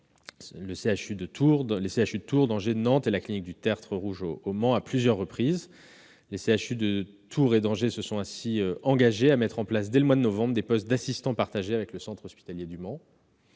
CHU de Tours, Angers, Nantes et la clinique du Tertre Rouge au Mans -à plusieurs reprises. Les CHU de Tours et d'Angers se sont ainsi engagés à mettre en place, dès le mois de novembre, des postes d'assistants partagés avec le centre hospitalier du Mans.